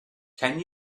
can